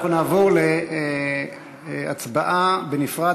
אנחנו נעבור להצבעה בנפרד.